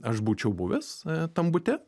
aš būčiau buvęs tam bute